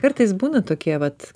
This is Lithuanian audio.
kartais būna tokie vat